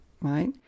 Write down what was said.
right